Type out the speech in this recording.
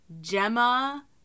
Gemma